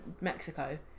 Mexico